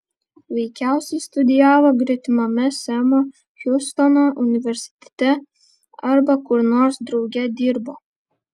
veikiausiai studijavo gretimame semo hiustono universitete arba kur nors drauge dirbo